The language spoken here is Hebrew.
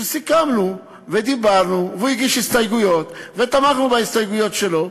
שסיכמנו ודיברנו והוא הגיש הסתייגויות ותמכנו בהסתייגויות שלו.